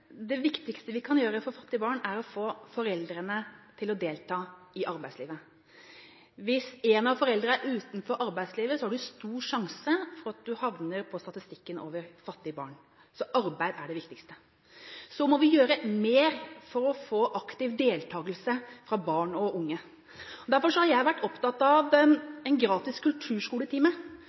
Det viktigste vi kan gjøre for fattige barn, er å få foreldrene til å delta i arbeidslivet. Hvis en av foreldrene er ute av arbeidslivet, er det stor sannsynlighet for at man havner på statistikken over fattige barn. Arbeid er det viktigste. Vi må gjøre mer for å få aktiv deltagelse fra barn og unge. Derfor har jeg vært opptatt av en gratis kulturskoletime,